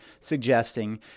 suggesting